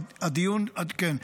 כן.